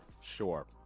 sure